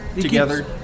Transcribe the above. together